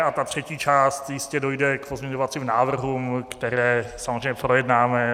A třetí část jistě dojde k pozměňovacím návrhům, které samozřejmě projednáme.